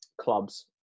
clubs